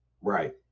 right